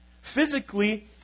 Physically